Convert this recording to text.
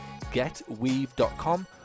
getweave.com